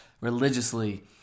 religiously